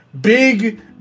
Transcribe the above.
big